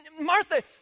Martha